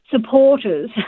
supporters